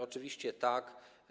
Oczywiście tak.